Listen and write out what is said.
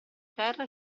terra